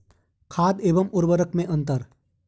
खाद एवं उर्वरक में अंतर?